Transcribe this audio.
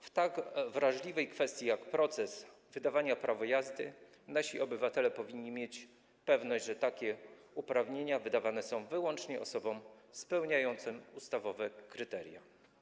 W tak wrażliwej kwestii jak proces wydawania prawa jazdy nasi obywatele powinni mieć pewność, że takie uprawnienia wydawane są wyłącznie osobom spełniającym ustawowe kryteria.